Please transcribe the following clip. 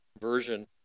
version